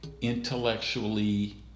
intellectually